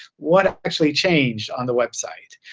what actually changed on the website.